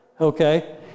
Okay